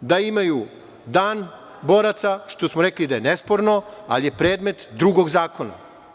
da imaju dan boraca, što smo rekli da je nesporno, ali je predmet drugog zakona.